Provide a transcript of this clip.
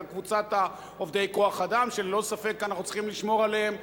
על קבוצת עובדי כוח-אדם שללא ספק אנחנו צריכים לשמור עליהם,